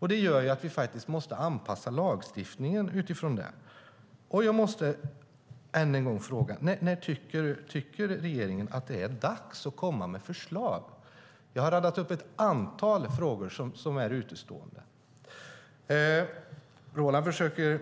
Därför måste vi anpassa lagstiftningen. När tycker regeringen att det är dags att lägga fram förslag? Jag har radat upp ett antal utestående frågor. Roland Utbult försöker